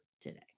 today